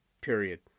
period